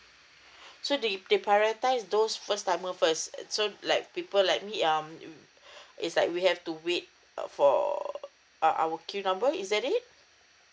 so they they prioritize those first timer first so like people like me um it's like we have to wait uh for our queue number is that it